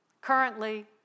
currently